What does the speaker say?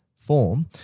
form